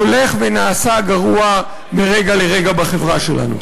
הולך ונעשה גרוע מרגע לרגע בחברה שלנו.